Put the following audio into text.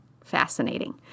fascinating